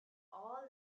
all